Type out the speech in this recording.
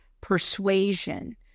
persuasion